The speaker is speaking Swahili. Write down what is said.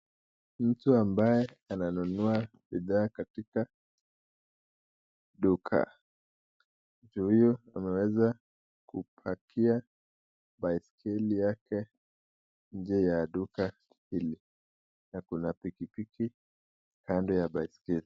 Mtu ambaye ananunua bidhaa katika duka. Mtu huyo ameweza kupakia baiskeli yake nje ya duka hili na kuna pikipiki kando ya baiskeli.